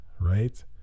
Right